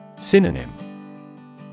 Synonym